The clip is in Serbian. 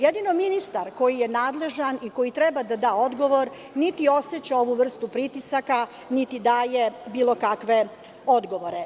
Jedino ministar koji je nadležan i koji treba da da odgovor niti oseća ovu vrstu pritisaka, niti daje bilo kakve odgovore.